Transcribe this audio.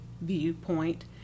viewpoint